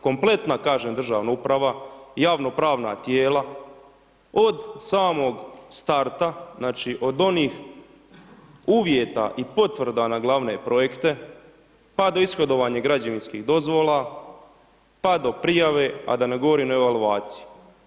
Kompletna kažem državna uprava, javno pravna tijela, od samog starta, znači od onih uvjeta i potvrda na glavne projekte pa do ishodovanja građevinskih dozvola, pa do prijave a da ne govorim o evaluaciji.